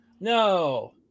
No